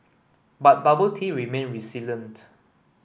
but bubble tea remained resilient